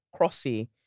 Crossy